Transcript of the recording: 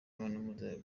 imibonano